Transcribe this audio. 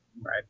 Right